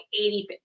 80%